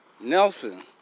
Nelson